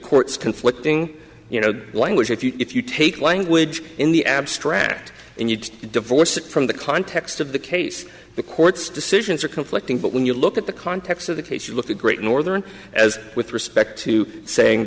court's conflicting you know language if you if you take language in the abstract and you divorce it from the context of the case the court's decisions are conflicting but when you look at the context of the case you look at great northern as with respect to saying